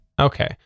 Okay